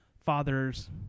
father's